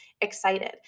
excited